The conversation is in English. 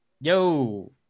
yo